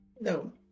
No